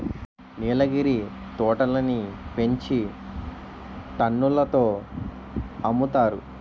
నీలగిరి తోటలని పెంచి టన్నుల తో అమ్ముతారు